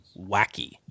wacky